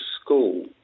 School